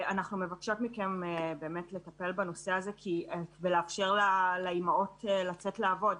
אנחנו מבקשות מכם לטפל בנושא הזה כדי לאפשר לאימהות לצאת לעבוד.